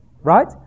right